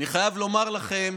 אני חייב לומר לכם,